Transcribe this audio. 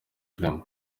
clement